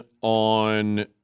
on